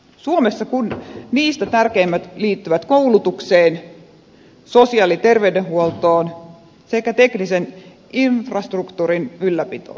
suomessa niistä tärkeimmät liittyvät koulutukseen sosiaali ja terveydenhuoltoon sekä teknisen infrastruktuurin ylläpitoon